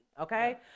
okay